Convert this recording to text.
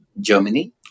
germany